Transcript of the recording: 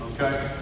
okay